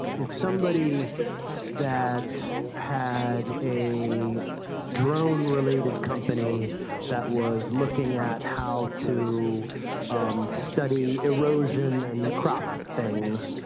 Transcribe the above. if somebody that had a drone-related company that was looking at how to study erosion and crop things,